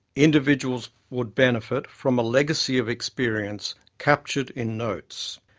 individuals would benefit from a legacy of experience captured in notes.